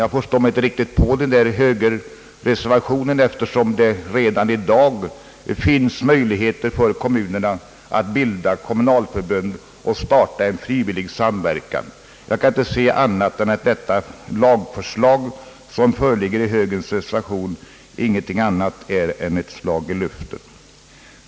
Jag förstår mig inte riktigt på den reservationen, eftersom det redan i dag finns möjligheter för kommunerna att bilda kommunalförbund och att starta en frivillig samverkan. Såvitt jag kan se är det lagförslag som föres fram i högerns reservation ingenting annat än ett slag i luften.